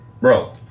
bro